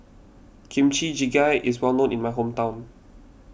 Kimchi Jjigae is well known in my hometown